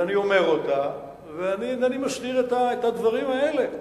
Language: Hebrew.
ואני אומר אותה ואינני מסתיר את הדברים האלה.